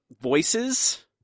voices